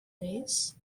this